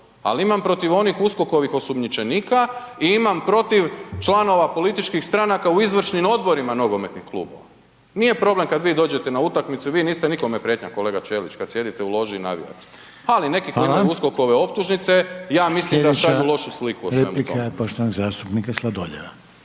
ali imam protiv onih USKOK-ovih osumnjičenika i imam protiv članova političkih stranaka u izvršnim odborima nogometnih klubova. Nije problem kad vi dođete na utakmicu, vi niste nikome prijetnja kolega Čelić kad sjedite u loži i navijate, ali neki koji imaju USKOK-ove optužnice ja mislim da daju lošu sliku o svemu tome.